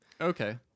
Okay